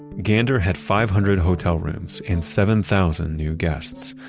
gander had five hundred hotel rooms and seven thousand new guests.